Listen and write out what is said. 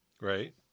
Right